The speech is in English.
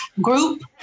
group